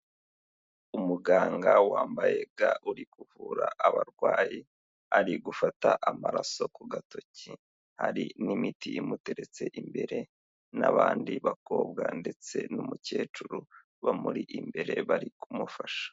Umuganga wambaye ga uri kuvura abarwayi, ari gufata amaraso ku gatoki, hari n'imiti imuteretse imbere n'abandi bakobwa ndetse n'umukecuru bamuri imbere bari kumufasha.